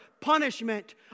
punishment